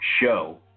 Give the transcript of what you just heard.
show